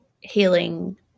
healing